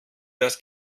das